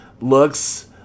looks